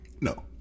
No